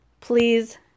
please